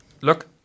look